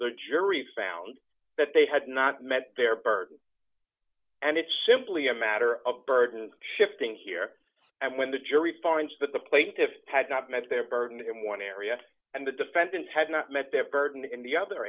the jury found that they had not met their burden and it's simply a matter of burden shifting here and when the jury finds that the plaintiffs had not met their burden in one area and the defendant had not met their burden in the other